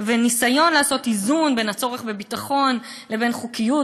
וניסיון לעשות איזון בין הצורך בביטחון לבין חוקיות,